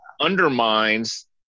undermines